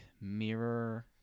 mirror